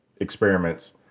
experiments